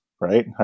right